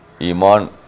Iman